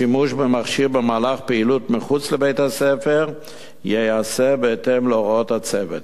השימוש במכשיר במהלך פעילות מחוץ לבית-הספר ייעשה בהתאם להוראות הצוות.